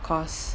cause